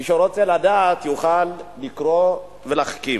מי שרוצה לדעת יוכל לקרוא ולהחכים.